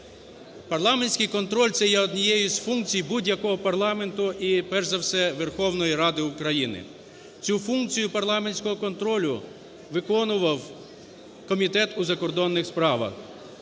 Парламентський контроль – це є однією із функцій будь-якого парламенту і перш за все Верховної Ради України. Цю функцію парламентського контролю виконував Комітет у закордонних справах.